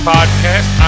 Podcast